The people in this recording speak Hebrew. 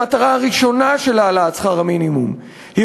המטרה הראשונה של העלאת שכר המינימום היא